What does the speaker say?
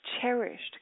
Cherished